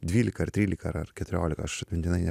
dvylika ar trylika ar ar keturiolika aš atmintinai